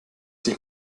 sich